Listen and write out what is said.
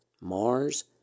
Mars